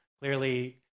clearly